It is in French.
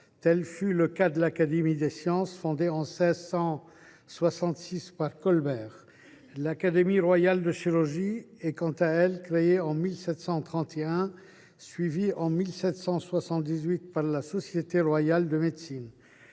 Tel fut le cas de l’Académie des sciences, fondée en 1666 par Colbert. L’Académie royale de chirurgie est quant à elle créée en 1731, suivie en 1778 par la Société royale de médecine.